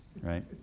right